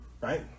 right